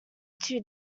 too